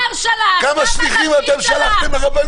כמה שליחים אתם שלחתם לרבנים?